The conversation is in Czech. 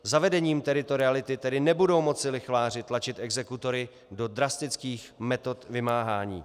Zavedením teritoriality tedy nebudou moci lichváři tlačit exekutory do drastických metod vymáhání.